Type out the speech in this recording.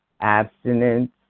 Abstinence